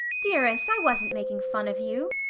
dearest, i wasn't making fun of you,